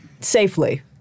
safely